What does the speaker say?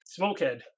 smokehead